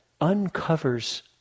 uncovers